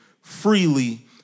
freely